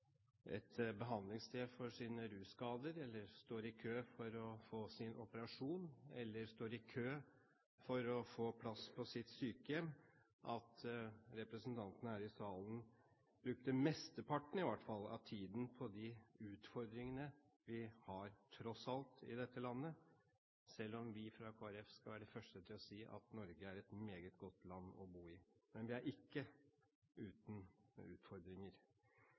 et behandlingssted for sine russkader, eller som står i kø for å få en operasjon, eller som står i kø for å få plass på sykehjem, om representantene her i salen hadde brukt mesteparten, i hvert fall, av tiden på de utfordringene vi tross alt har i dette landet – selv om vi fra Kristelig Folkeparti skal være de første til å si at Norge er et meget godt land å bo i. Men vi er ikke uten utfordringer.